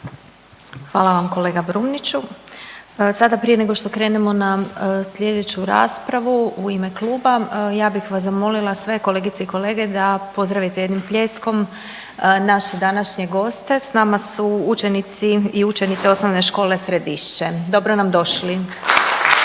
Hvala vam kolega Brumniću. Sada prije nego što krenemo na slijedeću raspravu u ime kluba ja bih vas zamolila sve kolegice i kolege da pozdravite jednim pljeskom naše današnje goste. S nama su učenici i učenice OŠ Središće. Dobro nam došli!